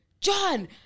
John